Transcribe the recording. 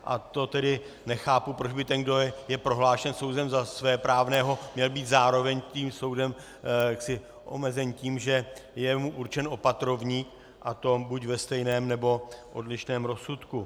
A to tedy nechápu, proč by ten, kdo je prohlášen soudem za svéprávného, měl být zároveň tím soudem omezen tím, že je mu určen opatrovník, a to buď ve stejném, nebo odlišném rozsudku.